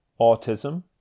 Autism